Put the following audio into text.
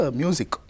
music